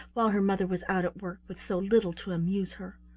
while her mother was out at work, with so little to amuse her.